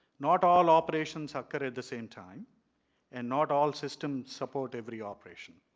not all operations have carried the same time and not all system support every operation.